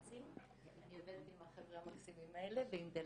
אוהבת עם החבר'ה המקסימים האלה ועם דללין.